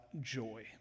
joy